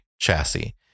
chassis